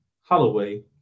Holloway